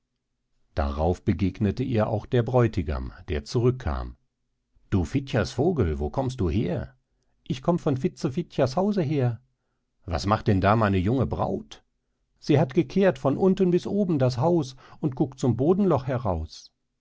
bald begegnete ihr ein theil der gäste die fragten sie du fitchers vogel wo kommst du her ich komm von fitze fitchers hause her was macht denn da die junge braut sie hat gekehrt von unten bis oben das haus und guckt zum bodenloch heraus